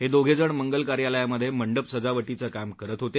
हे दोघेजण मंगल कार्यालयामध्ये मंडप सजावटीचं काम करत होते